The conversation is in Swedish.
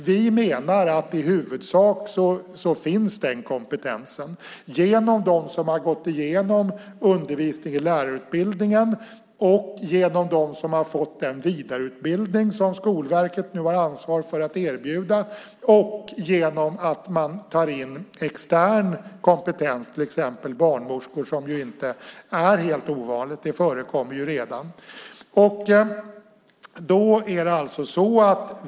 Vi menar att den kompetensen i huvudsak finns genom dem som har gått igenom undervisningen i lärarutbildningen, genom dem som har fått den vidareutbildning som Skolverket nu har ansvar för att erbjuda och genom att man tar in extern kompetens, till exempel barnmorskor, vilket ju inte är helt ovanligt. Det förekommer ju redan.